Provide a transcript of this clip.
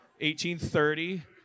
1830